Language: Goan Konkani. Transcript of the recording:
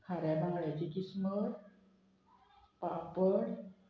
खाऱ्या बांगड्याची किसमूर पापड